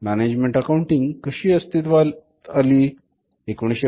management accounting कशी अस्तित्वात आली असेल बरे